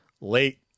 late